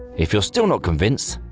if you're still not convinced,